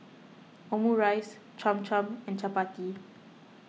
Omurice Cham Cham and Chapati